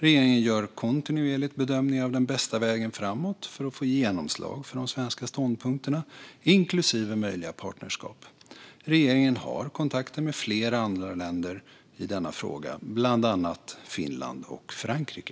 Regeringen gör kontinuerligt bedömningar av den bästa vägen framåt för att få genomslag för de svenska ståndpunkterna, inklusive möjliga partnerskap. Regeringen har kontakter med flera andra länder i denna fråga, bland annat Finland och Frankrike.